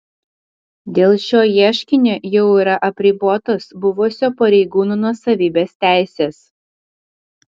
dėl šio ieškinio jau yra apribotos buvusio pareigūno nuosavybės teisės